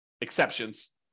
exceptions